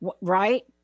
Right